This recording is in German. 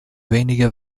wenige